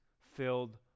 filled